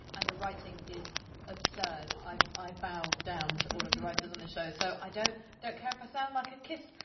and the writing is absurd. i bow down to all of the writers on the show. so i don't don't care if i sound like a kiss-ass,